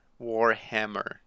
Warhammer